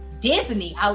Disney